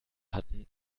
hatten